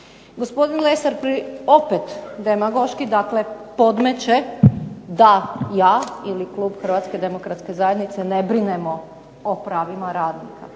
Gospodin Lesar opet demagoški podmeće da ja ili Klub Hrvatske demokratske zajednice ne brinemo o pravima radnika.